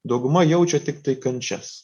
dauguma jaučia tiktai kančias